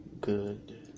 Good